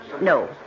No